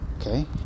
okay